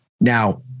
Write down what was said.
Now